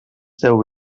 deu